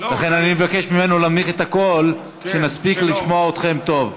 ולכן אני מבקש ממנו להנמיך את הקול כדי שנספיק לשמוע אתכם טוב.